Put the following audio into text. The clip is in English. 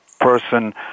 person